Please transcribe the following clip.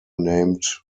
named